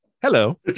Hello